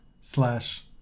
slash